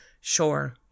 Sure